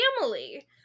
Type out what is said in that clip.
family